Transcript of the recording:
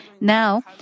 Now